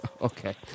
Okay